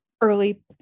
early